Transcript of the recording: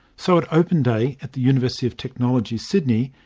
so at open day at the university of technology, sydney,